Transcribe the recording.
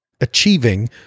achieving